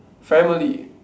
family